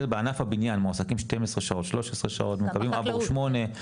בענף הבניין מועסקים בין 12-13 שעות ומקבלים רק עבור 8 שעות,